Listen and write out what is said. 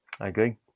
agree